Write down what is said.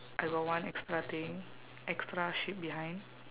I got one extra thing extra sheep behind